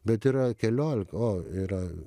bet yra keliolika o yra